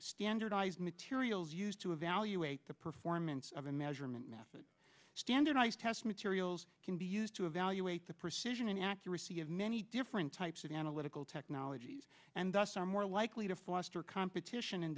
standardized materials used to evaluate the performance of a measurement method standardized test materials can be used to evaluate the precision and accuracy of many different types of analytical technologies and thus are more likely to foster competition and